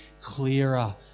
clearer